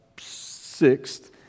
sixth